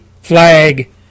flag